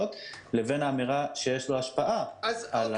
לבין האמירה שיש לו השפעה על ההתקשרויות החוזיות האחרות.